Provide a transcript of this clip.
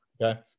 okay